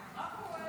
מה קורה?